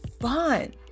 fun